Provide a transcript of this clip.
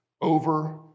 over